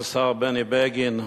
השר בני בגין,